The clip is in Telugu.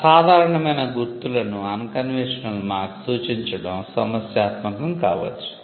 అసాధారణమైన గుర్తులను సూచించడం సమస్యాత్మకం కావచ్చు